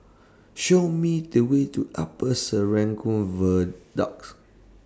Show Me The Way to Upper Serangoon Viaducts